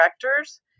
directors